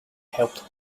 helped